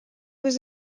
was